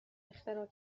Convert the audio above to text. اختراع